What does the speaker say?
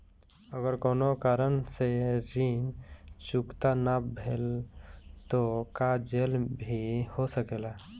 अगर कौनो कारण से ऋण चुकता न भेल तो का जेल भी हो सकेला?